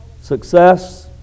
success